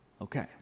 Okay